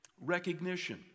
Recognition